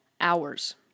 hours